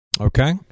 Okay